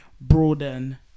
broaden